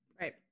right